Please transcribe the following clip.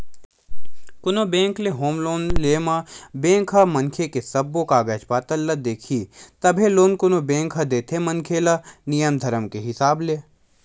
कोनो बेंक ले home loan ले म बेंक ह मनखे के सब्बो कागज पतर ल देखही तभे लोन कोनो बेंक ह देथे मनखे ल नियम धरम के हिसाब ले